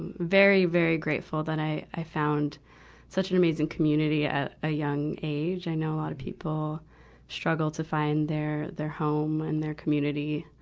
and very, very grateful that i i found such an amazing community at a young age. i know a lot of people struggle to find their, their home and their community,